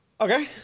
Okay